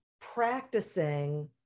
practicing